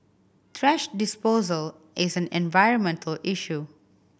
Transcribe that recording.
thrash disposal is an environmental issue